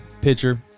pitcher